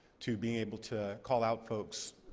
to being able to call out folks,